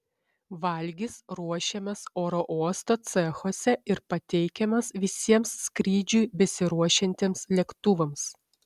valgis ruošiamas oro uosto cechuose ir pateikiamas visiems skrydžiui besiruošiantiems lėktuvams